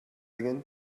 again